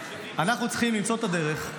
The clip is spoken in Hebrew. אנחנו צריכים למצוא את הדרך,